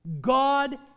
God